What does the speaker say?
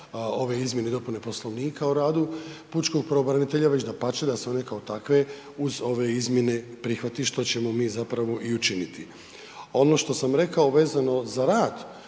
ove izmjene i dopune Poslovnika o radu pučkog pravobranitelja, već dapače da se one kao takve uz ove izmjene prihvati što ćemo mi i učiniti. Ono što sam rekao vezano za rad